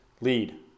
Lead